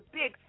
big